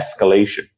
escalation